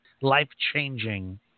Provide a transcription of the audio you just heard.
life-changing